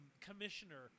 commissioner